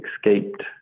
escaped